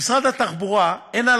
למשרד התחבורה אין,